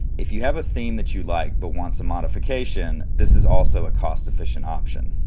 if you have a theme that you like but want some modifications this is also a cost efficient option.